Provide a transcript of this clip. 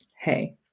Hey